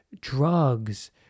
drugs